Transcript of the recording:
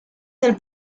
del